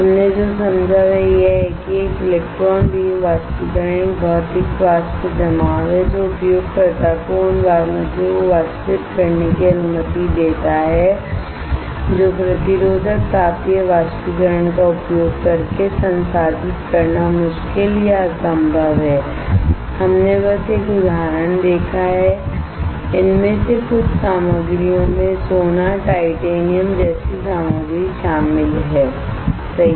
हमने जो समझा वह यह है कि एक इलेक्ट्रॉन बीम वाष्पीकरण एक भौतिक वाष्प जमाव है जो उपयोगकर्ता को उन सामग्रियों को वाष्पित करने की अनुमति देता है जो प्रतिरोधक तापीय वाष्पीकरण का उपयोग करके संसाधित करना मुश्किल या असंभव है हमने बस एक उदाहरण देखा है कि इनमें से कुछ सामग्रियों में सोना टाइटेनियम जैसी सामग्री शामिल हैसही